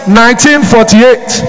1948